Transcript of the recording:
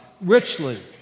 richly